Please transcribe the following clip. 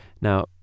Now